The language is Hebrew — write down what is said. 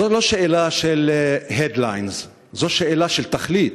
זו לא שאלה של headlines, זו שאלה של תכלית,